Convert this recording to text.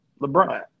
LeBron